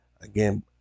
Again